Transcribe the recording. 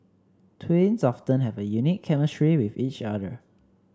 twins often have a unique chemistry with each other